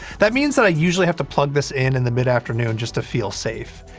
that means that i usually have to plug this in in the midafternoon just to feel safe.